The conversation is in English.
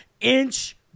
inch